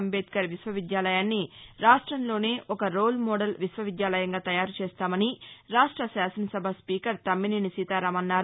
అంబేద్కర్ విశ్వవిద్యాలయాన్ని రాష్టంలోనే ఒక రోల్ మోడల్ విశ్వ విద్యాలయంగా తయారుచేస్తామని రాష్ట శాసనసభ స్పీకర్ తమ్మినేని సీతారాం అన్నారు